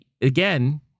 Again